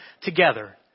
together